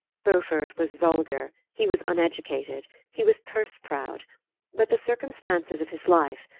beaufort was vulgar, he was uneducated, he was purse-proud but the circumstances of his life,